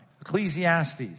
Ecclesiastes